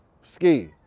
ski